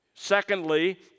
Secondly